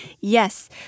Yes